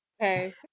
Okay